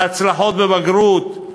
ההצלחות בבגרות,